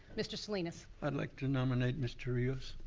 mr. salinas! i'd like to nominate mr. rivas.